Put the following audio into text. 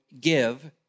give